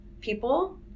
people